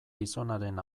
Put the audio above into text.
gizonaren